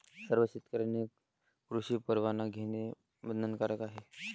सर्व शेतकऱ्यांनी कृषी परवाना घेणे बंधनकारक आहे